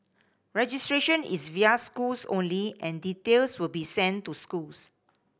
registration is via schools only and details will be sent to schools